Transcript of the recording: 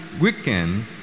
weekend